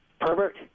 Pervert